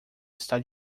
está